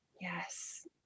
Yes